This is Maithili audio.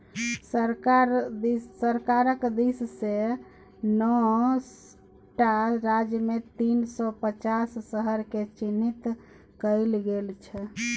सरकारक दिससँ नौ टा राज्यमे तीन सौ पांच शहरकेँ चिह्नित कएल गेल छै